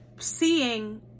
seeing